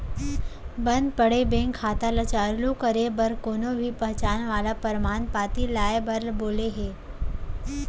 बंद पड़े बेंक खाता ल चालू करे बर कोनो भी पहचान वाला परमान पाती लाए बर बोले हे